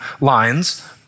lines